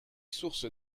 sources